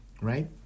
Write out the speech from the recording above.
Right